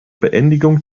beendigung